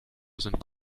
sind